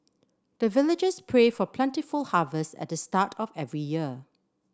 the villagers pray for plentiful harvest at the start of every year